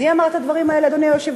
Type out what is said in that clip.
מי אמר את הדברים האלה, אדוני היושב-ראש?